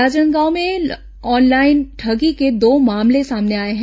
राजनांदगांव में ऑनलाइन ठगी के दो मामले सामने आए हैं